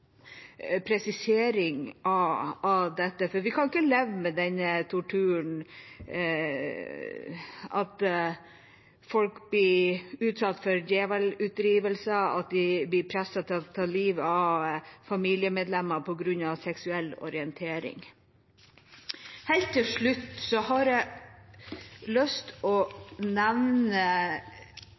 presisering av dette – for vi kan ikke leve med denne torturen, at folk blir utsatt for djevleutdrivelse, at de blir presset til å ta livet av familiemedlemmer på grunn av seksuell orientering. Til slutt har jeg lyst til å nevne